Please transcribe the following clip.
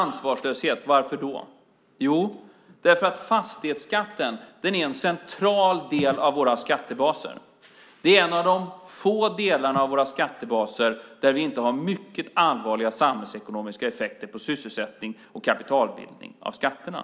Det är ansvarslöst för att fastighetsskatten är en central del av våra skattebaser. Det är en av de få delarna av våra skattebaser där vi inte har mycket allvarliga samhällsekonomiska effekter på sysselsättning och kapitalbildning av skatterna.